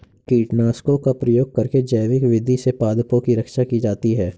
कीटनाशकों का प्रयोग करके जैविक विधि से पादपों की रक्षा की जाती है